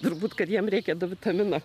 turbūt kad jiems reikia vitamino